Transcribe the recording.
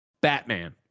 Batman